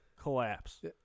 collapse